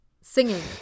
singing